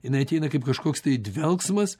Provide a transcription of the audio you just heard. jinai ateina kaip kažkoks tai dvelksmas